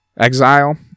exile